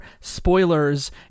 spoilers